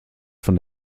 von